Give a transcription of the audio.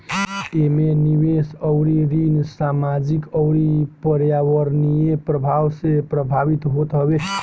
एमे निवेश अउरी ऋण सामाजिक अउरी पर्यावरणीय प्रभाव से प्रभावित होत हवे